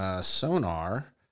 sonar